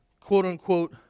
quote-unquote